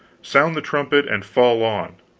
sound the trumpet and fall on!